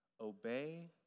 Obey